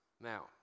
Now